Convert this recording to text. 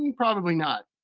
and probably not.